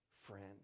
friend